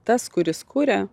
tas kuris kuria